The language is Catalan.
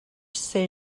ser